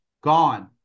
Gone